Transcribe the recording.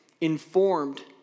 informed